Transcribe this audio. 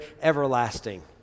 everlasting